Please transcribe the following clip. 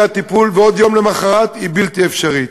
הטיפול ועוד יום למחרת היא בלתי אפשרית.